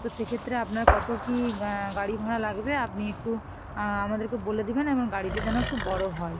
তো সেক্ষেত্রে আপনার কত কী গাড়ি ভাড়া লাগবে আপনি একটু আমাদেরকে বলে দেবেন এবং গাড়িটা যেন একটু বড় হয়